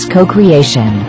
Co-Creation